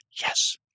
Yes